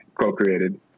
co-created